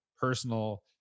personal